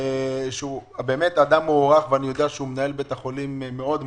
שהוא באמת אדם מוערך ואני יודע שהוא מנהל בית חולים מוערך מאוד,